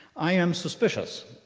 i am suspicious,